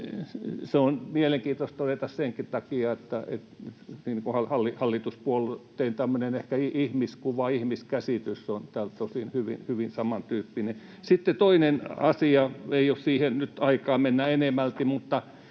Se on mielenkiintoista todeta senkin takia, että ehkä hallituspuolueiden tämmöinen ihmiskuva, ihmiskäsitys on täällä hyvin samantyyppinen. Sitten toinen asia, ei ole siihen nyt aikaa mennä enemmälti: